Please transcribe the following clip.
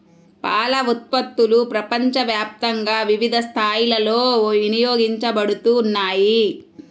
పాల ఉత్పత్తులు ప్రపంచవ్యాప్తంగా వివిధ స్థాయిలలో వినియోగించబడుతున్నాయి